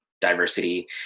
diversity